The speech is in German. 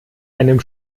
einem